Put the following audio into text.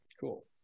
Cool